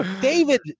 David